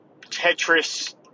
tetris